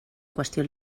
qüestió